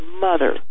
mother